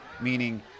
meaning